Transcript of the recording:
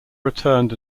returned